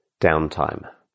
downtime